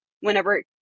whenever